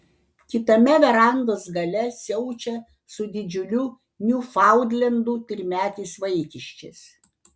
kitame verandos gale siaučia su didžiuliu niufaundlendu trimetis vaikiščias